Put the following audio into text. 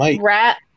Rat